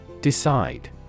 Decide